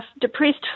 depressed